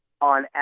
on